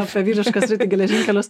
apie vyrišką sritį geležinkeliuos